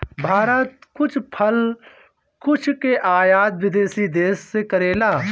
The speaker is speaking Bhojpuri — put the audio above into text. भारत कुछ फल कुल के आयत विदेशी देस से करेला